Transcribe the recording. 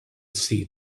see